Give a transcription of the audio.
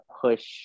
push